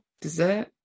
dessert